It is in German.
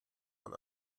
von